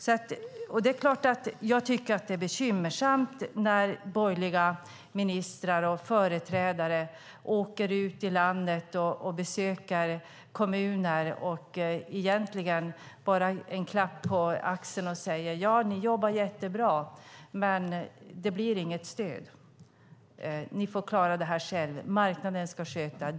Jag tycker att det är bekymmersamt när borgerliga ministrar och företrädare åker ut i landet och besöker kommuner och ger en klapp på axeln och säger: Ni jobbar jättebra, men det blir inget stöd, för marknaden ska sköta det.